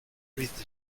breathed